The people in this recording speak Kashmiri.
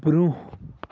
برٛونٛہہ